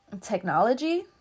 technology